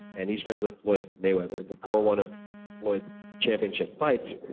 and he's friends with floyd mayweather. before one of floyds championship fights,